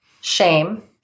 shame